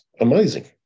amazing